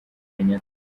kenyatta